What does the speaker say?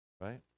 Right